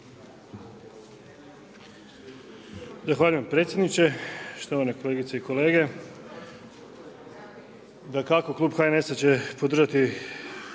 Zahvaljujem predsjedniče. Štovane kolegice i kolege. Dakako klub HNS-a će podržati